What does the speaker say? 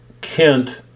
Kent